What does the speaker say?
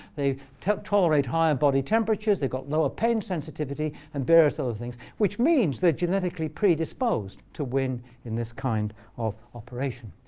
they tolerate higher body temperatures. they've got lower pain sensitivity and various other things, which means they are genetically predisposed to win in this kind of operation.